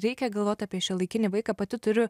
reikia galvot apie šiuolaikinį vaiką pati turiu